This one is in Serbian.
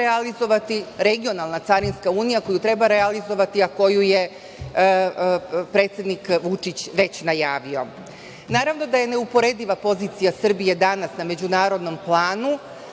Regionalna carinska unija, koju treba realizovati, a koju je predsednik Vučić već najavio. Naravno da je neuporediva pozicija Srbije danas na međunarodnom planu